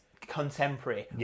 contemporary